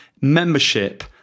membership